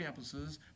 campuses